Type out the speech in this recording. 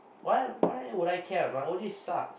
why why would I care my O_G sucks